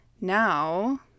now